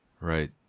Right